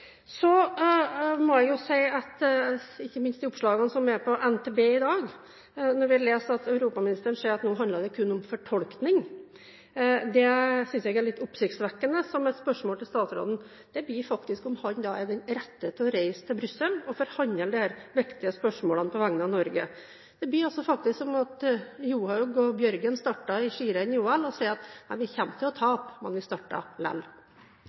Så må jeg si at de oppslagene som er på NTB i dag, der europaministeren sier at nå handler det kun om «fortolkning», er litt oppsiktsvekkende. Så mitt spørsmål til statsråden blir faktisk om han da er den rette til å reise til Brussel og forhandle om disse viktige spørsmålene på vegne av Norge. Det blir faktisk som om Johaug og Bjørgen starter i et skirenn i OL og sier at vi kommer til å tape,